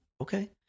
okay